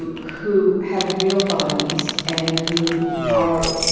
um who have real bodies and who are